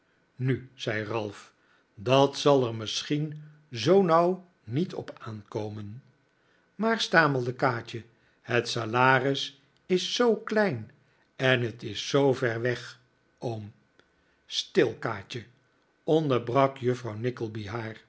nu zei ralph dat zal er misschien zoo nauw niet op aankomen maar stamelde kaatje het salaris is zoo klein en het is zoover weg oom stil kaatje onderbrak juffrouw nickleby haar